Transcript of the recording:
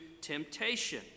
temptation